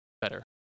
better